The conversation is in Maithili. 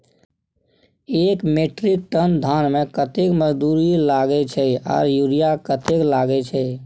एक मेट्रिक टन धान में कतेक मजदूरी लागे छै आर यूरिया कतेक लागे छै?